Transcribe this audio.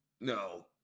no